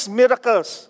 miracles